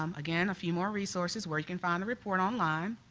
um again, a few more resources where you can find a report online.